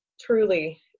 truly